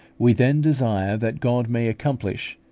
we then desire that god may accomplish,